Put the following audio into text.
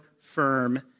firm